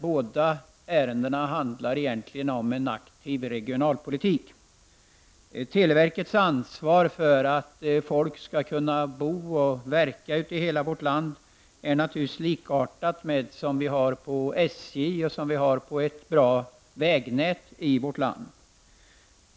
Båda ärendena handlar egentligen om en aktiv regionalpolitik. Televerkets ansvar för att människor skall kunna bo och verka i hela vårt land är naturligtvis likartat med SJs och ansvaret för ett bra vägnät i vårt land.